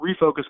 refocus